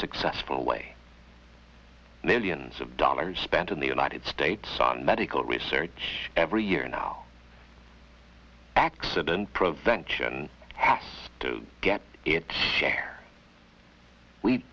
successful way million of dollars spent in the united states on medical research every year now accident provenge us to get its share we